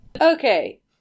Okay